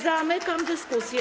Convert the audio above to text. Zamykam dyskusję.